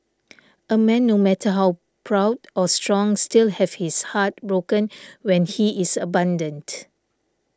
a man no matter how proud or strong still have his heart broken when he is abandoned